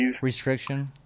Restriction